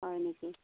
হয় নেকি